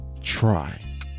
try